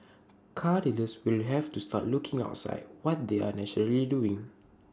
car dealers will have to start looking outside what they are naturally doing